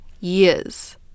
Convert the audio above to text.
years